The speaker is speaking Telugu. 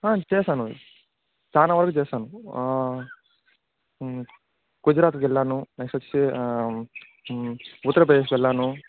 చేసాను చాలా వరకుచేసాను గుజరాత్కి వెళ్ళాను నెక్సటొచ్చి వెళ్ళాను